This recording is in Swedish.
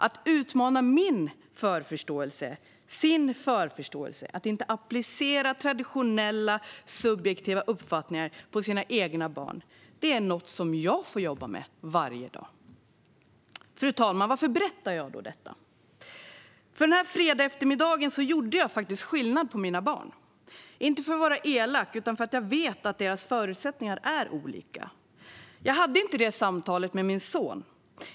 Att utmana min förförståelse och inte applicera traditionella, subjektiva uppfattningar på mina egna barn är något jag får jobba med varje dag. Fru talman! Varför berättar jag då detta? Jo, denna fredagseftermiddag gjorde jag faktiskt skillnad på mina barn - inte för att vara elak utan för att jag vet att deras förutsättningar är olika. Jag hade inte samtalet med min son.